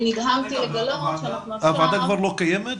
אני נדהמתי לגלות --- הוועדה כבר לא קיימת?